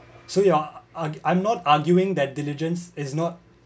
so your I I'm not arguing that diligence is not